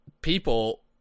people